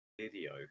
video